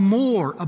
more